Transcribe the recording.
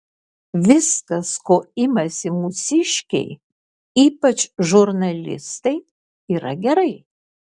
viskas ko imasi mūsiškiai ypač žurnalistai yra gerai